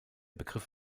begriff